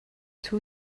two